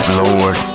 lord